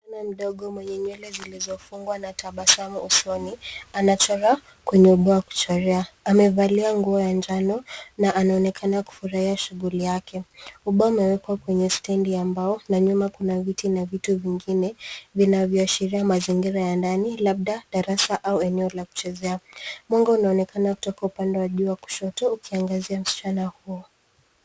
Mume mdogo mwenye nywele zilizofungwa na tabasamu usoni, anachora, kwenye ubao wa kuchorea. Amevalia nguo ya njano na anaonekana kufurahia shughuli yake. Ubao umewekwa kwenye stendi ya mbao na nyuma kuna viti na vitu vingine, vinavyoashiria mazingira ya ndani ,labda darasa au eneo la kuchezea. Mwanga unaonekana kutoka upande wa jua kushoto, ukiangazia msichana huo.